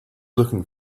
looking